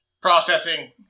Processing